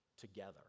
together